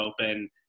open